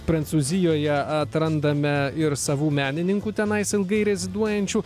prancūzijoje atrandame ir savų menininkų tenais ilgai reziduojančių